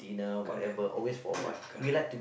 correct ya correct